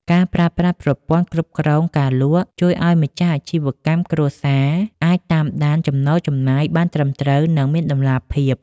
ការប្រើប្រាស់ប្រព័ន្ធគ្រប់គ្រងការលក់ ជួយឱ្យម្ចាស់អាជីវកម្មគ្រួសារអាចតាមដានចំណូលចំណាយបានត្រឹមត្រូវ និងមានតម្លាភាព។